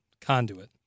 conduit